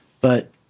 But-